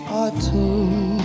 autumn